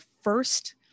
first